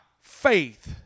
faith